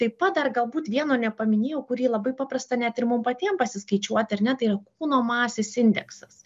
taip pat dar galbūt vieno nepaminėjau kurį labai paprasta net ir mum patiem pasiskaičiuoti ar ne tai yra kūno masės indeksas